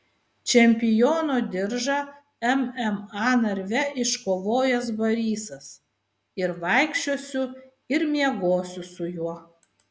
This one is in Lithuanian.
čempiono diržą mma narve iškovojęs barysas ir vaikščiosiu ir miegosiu su juo